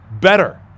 better